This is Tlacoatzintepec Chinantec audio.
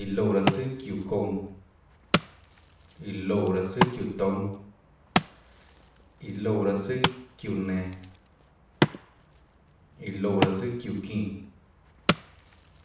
Iã loúã raâ tsùà çiúã kounã, iã loúã raâ tsùà çiúã toúnâ, iã loúã raâ tsùà çiúã nenå, iã loúã raâ tsùà çiúã çínã,